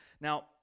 Now